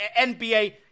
NBA